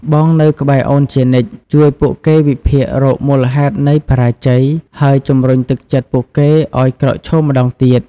បងនៅក្បែរអូនជានិច្ច! ជួយពួកគេវិភាគរកមូលហេតុនៃបរាជ័យ ហើយជំរុញទឹកចិត្តពួកគេឲ្យក្រោកឈរម្តងទៀត។